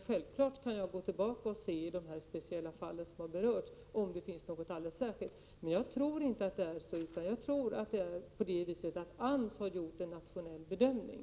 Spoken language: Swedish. Självfallet kan jag gå tillbaka till de speciella fall som här har berörts och se om det finns några alldeles särskilda skäl. Men jag tror inte att det är så, utan jag tror att AMS har gjort en nationell bedömning.